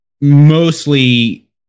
mostly